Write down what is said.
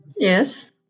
Yes